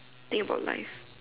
think about life